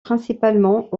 principalement